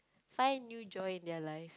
find new joy in their life